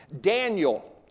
Daniel